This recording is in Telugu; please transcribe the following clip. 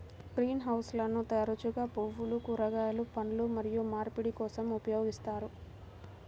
గ్రీన్ హౌస్లను తరచుగా పువ్వులు, కూరగాయలు, పండ్లు మరియు మార్పిడి కోసం ఉపయోగిస్తారు